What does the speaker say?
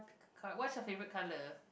what's your favorite color